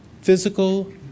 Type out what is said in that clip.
physical